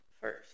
first